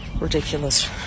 ridiculous